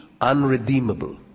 unredeemable